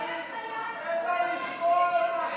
אין מה לשמוע, זה קשקוש אחד גדול.